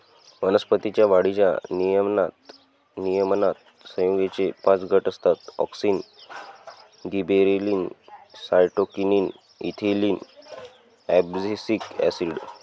वनस्पतीं च्या वाढीच्या नियमनात संयुगेचे पाच गट असतातः auxin, gibberellin, cytokinin, ethylene, abscisic acid